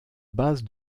base